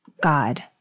God